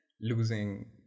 losing